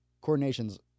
coordination's